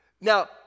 Now